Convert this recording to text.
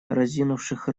разинувших